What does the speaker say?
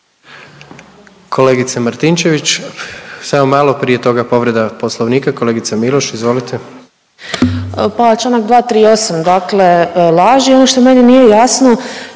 Kolegice Martinčević, samo malo prije toga povreda poslovnika kolegica Miloš izvolite. **Miloš, Jelena (Možemo!)** Pa čl. 238. dakle laži i ono što meni nije jasno,